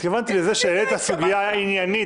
התכוונתי לזה שהעלית סוגיה עניינית,